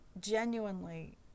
genuinely